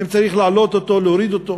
אם צריך להוריד אותו או להוריד אותו.